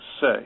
say